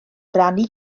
rannu